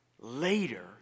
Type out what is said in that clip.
later